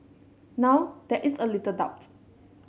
now there is little doubt